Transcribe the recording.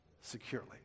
securely